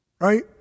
right